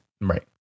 Right